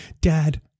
dad